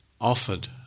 offered